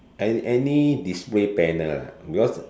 an~ any display panel ah because